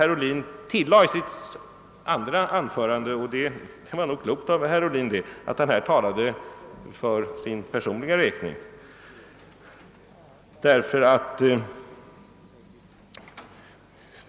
Herr Ohlin tillade i sitt andra anförande — det var nog klokt av honom — att han här talade för sin personliga räkning.